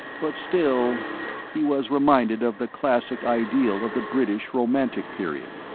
but still he was reminded of the classic ideal of the british romantic period,